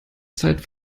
zeit